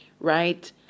right